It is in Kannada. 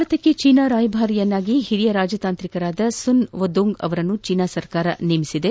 ಭಾರತಕ್ಕೆ ಚೀನಾ ರಾಯಭಾರಿಯನ್ನಾಗಿ ಹಿರಿಯ ರಾಜತಾಂತ್ರಿಕರಾದ ಸುನ್ ವೆಡೋಂಗ್ ಅವರನ್ನು ಚೀನಾ ಸರ್ಕಾರ ನೇಮಕ ಮಾಡಿದೆ